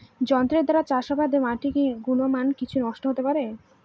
যন্ত্রের দ্বারা চাষাবাদে মাটির কি গুণমান কিছু নষ্ট হতে পারে?